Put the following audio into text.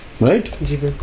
Right